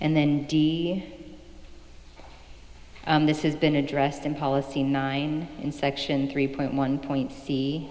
and then d this is been addressed in policy nine in section three point one point c